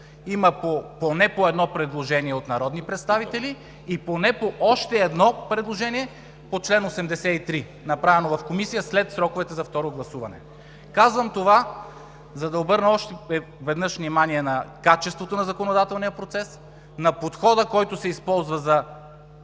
има поне по едно предложение от народни представители и поне по още едно предложение по чл. 83 от Правилника, направено в Комисията след сроковете за второ гласуване. Казвам това, за да обърна още веднъж внимание на качеството на законодателния процес, на подхода, който се използва за